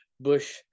Bush